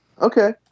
Okay